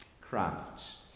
crafts